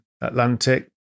Atlantic